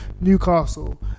Newcastle